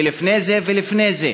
ולפני זה ולפני זה.